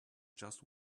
just